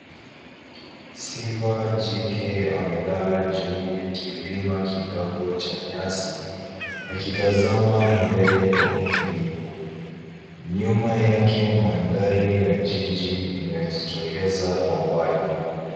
Simba jike amelala juu ya kilima kidogo cha nyasi, akitazama mbele kwa utulivu. Nyuma yake mandhari ya jiji inajitokeza kwa mbali.